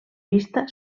vista